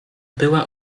była